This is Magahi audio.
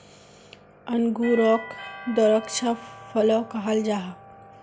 अन्गूरोक द्राक्षा फलो कहाल जाहा